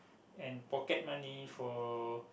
and pocket money for